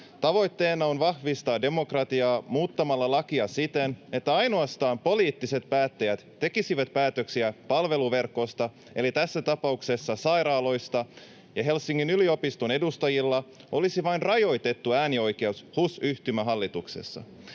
Tavoitteena on vahvistaa demokratiaa muuttamalla lakia siten, että ainoastaan poliittiset päättäjät tekisivät päätöksiä palveluverkosta eli tässä tapauksessa sairaaloista ja Helsingin yliopiston edustajilla olisi vain rajoitettu äänioikeus HUS-yhtymän hallituksessa.